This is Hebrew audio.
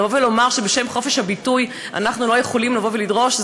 ולבוא ולומר שבשם חופש הביטוי אנחנו לא יכולים לבוא ולדרוש,